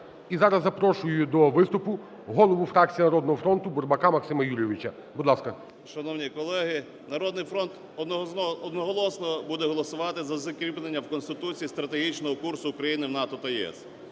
І зараз запрошую до виступу голову фракції "Народного фронту" Бурбака Максима Юрійовича. Будь ласка. 11:51:12 БУРБАК М.Ю. Шановні колеги! "Народний фронт" одноголосно буде голосувати за закріплення в Конституції стратегічного курсу України в НАТО та ЄС.